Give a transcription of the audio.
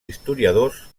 historiadors